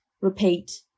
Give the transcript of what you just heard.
repeat